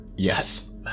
Yes